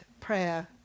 prayer